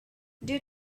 due